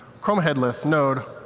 chrome headless, node.